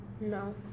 No